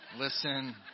Listen